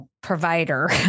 provider